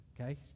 okay